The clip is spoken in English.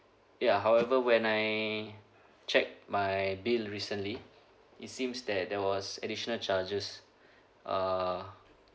ya however when I check my bill recently it seems that there was additional charges uh